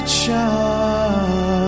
child